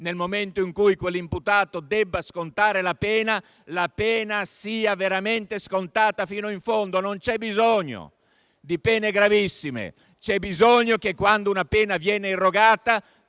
nel momento in cui quell'imputato deve scontare la pena, ebbene la pena sia veramente scontata fino in fondo. Non c'è bisogno di pene gravissime: c'è bisogno che, quando una pena viene irrogata,